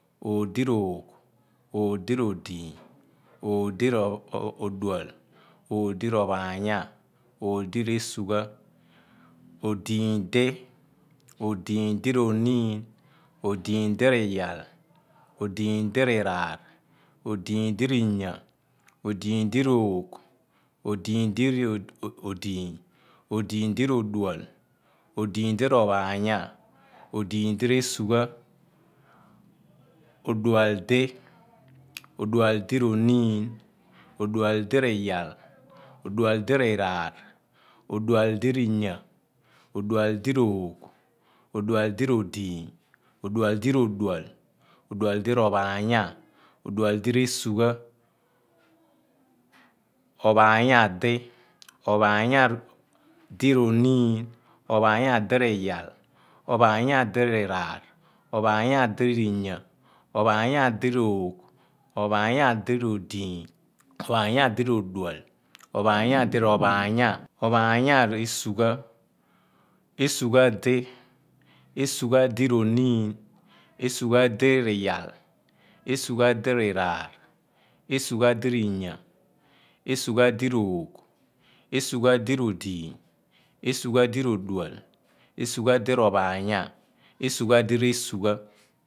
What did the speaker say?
Oagh di oogh, oogh diro diiny, oogh di rodual, oogh oli rꞌophaanya, oogh di resugha. Odiiny di, odiiny di, iraar, odiiny di-inyaa, odiiny di oogh, odiiny di odual odiiny di ophanya, odiiny di esugha odual di. Odual di oniin, odual di inyaah, odual di oogh odual di odiiny odual di odual odualdi ophaanya odual diesugha. Ophanya di, ophaanya di oniin, ophaanya di inyaah ophaanya di oogh ophaanya di odiiny ophaanya, ophaanya di esugha esugha di esugha di oniin, esugha di iyaal esugha di inyaah, esugha di odual esugha di ophanya esugha di esugha.